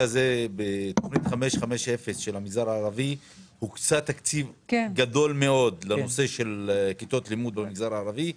בתכנית 550 הוקצה תקציב גדול מאוד לנושא של כיתות לימוד במגזר הערבי.